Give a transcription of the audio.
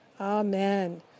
Amen